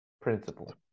principle